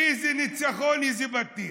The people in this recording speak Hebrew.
איזה ניצחון ואיזה בטיח?